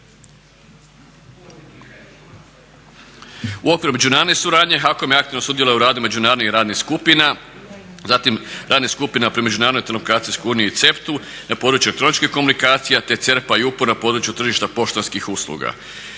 U okviru međunarodne suradnje HAKOM je aktivno sudjelovao u radu međunarodnih radnih skupina, zatim radnih skupina pri međunarodnoj telekomunikacijskoj uniji …/Govornik se ne razumije./…, na područje elektroničkih komunikacija te …/Govornik se ne razumije./… na području tržišta poštanskih usluga.